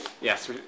Yes